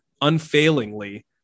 unfailingly